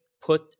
put